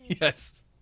Yes